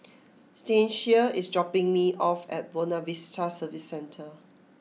Stasia is dropping me off at Buona Vista Service Centre